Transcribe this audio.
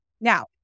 Now